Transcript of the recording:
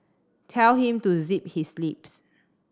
tell him to zip his lips